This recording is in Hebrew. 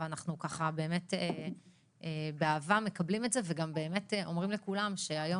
ואנחנו מקבלים את זה באהבה ובאמת אומרים לכולם שהיום